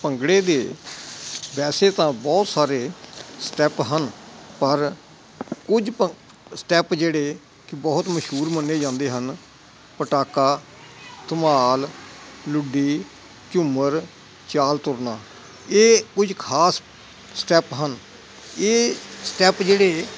ਭੰਗੜੇ ਦੇ ਵੈਸੇ ਤਾਂ ਬਹੁਤ ਸਾਰੇ ਸਟੈਪ ਹਨ ਪਰ ਕੁਝ ਭੰ ਸਟੈਪ ਜਿਹੜੇ ਬਹੁਤ ਮਸ਼ਹੂਰ ਮੰਨੇ ਜਾਂਦੇ ਹਨ ਪਟਾਕਾ ਧਮਾਲ ਲੁੱਡੀ ਝੂੰਮਰ ਚਾਲ ਤੁਰਨਾ ਇਹ ਕੁਝ ਖ਼ਾਸ ਸਟੈਪ ਹਨ ਇਹ ਸਟੈਪ ਜਿਹੜੇ